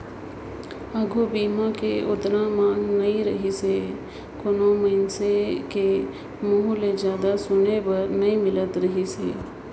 आघू बीमा के ओतना मांग नइ रहीसे कोनो मइनसे के मुंहूँ ले जादा सुने बर नई मिलत रहीस हे